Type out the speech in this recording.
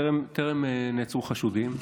טרם נעצרו חשודים.